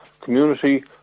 community